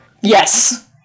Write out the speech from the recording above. Yes